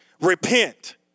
Repent